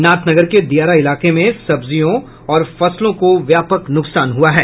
नाथनगर के दियारा इलाके में सब्जियों और फसलों को व्यापक नुकसान हुआ है